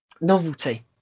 novelty